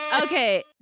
Okay